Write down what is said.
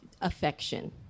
affection